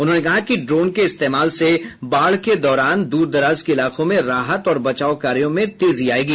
उन्होंने कहा कि ड्रोन के इस्तेमाल से बाढ़ के दौरान दूर दराज के इलाकों में राहत और बचाव कार्यों में तेजी आयेगी